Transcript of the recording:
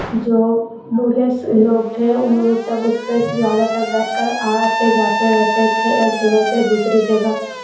جو بوڑھے لوگ تھے وہ سب اس پہ زیادہ تر بیٹھ کر آتے جاتے رہتے تھے ایک جگہ سے دوسری جگہ